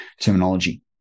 terminology